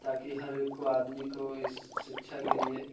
ताकि हर एक को आदमी को इस शिक्षा के लिए